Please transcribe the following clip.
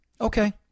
okay